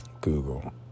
Google